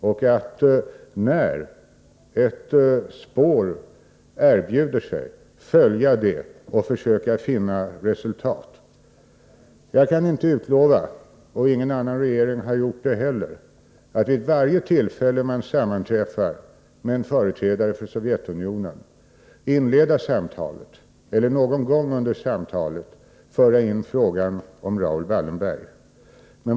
När ett spår erbjuder sig gäller det att följa detsamma och att försöka nå resultat. Jag kan inte utlova — ingen regering har gjort det — att vid varje samtal med företrädare för Sovjetunionen inleda detta med att föra in frågan om Raoul Wallenberg eller att göra det under samtalets gång.